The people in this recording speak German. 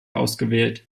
ausgewählt